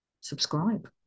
subscribe